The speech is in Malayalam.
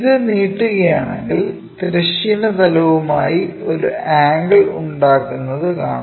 ഇത് നീട്ടുകയാണെങ്കിൽ തിരശ്ചീന തലമായി ഒരു ആംഗിൾ ഉണ്ടാക്കുന്നത് കാണാം